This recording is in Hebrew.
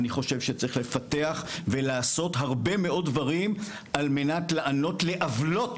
אני חושב שצריך לפתח ולעשות הרבה מאוד דברים על מנת לענות לעוולות